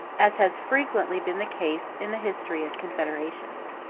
as has frequently been the case in the history of confederations.